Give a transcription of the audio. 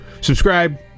subscribe